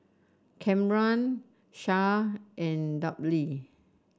Camren Shae and Dudley